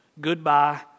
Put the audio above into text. Goodbye